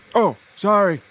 oh, sorry.